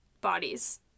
bodies